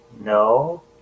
No